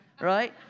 right